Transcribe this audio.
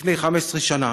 לפני 15 שנה,